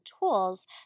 tools